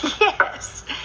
Yes